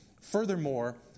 Furthermore